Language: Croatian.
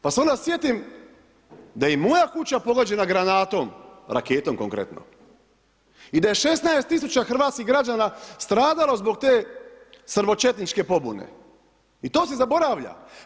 Pa se onda sjetim da je i moja kuća pogođena granatom, raketom konkretno i da je 16 tisuća hrvatskih građana stradalo zbog te srbočetničke pobune i to se zaboravlja.